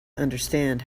understand